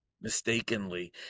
mistakenly